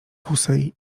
kusej